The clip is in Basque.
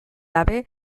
gabe